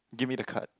give me the card